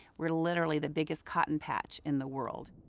we're literally the biggest cotton patch in the world.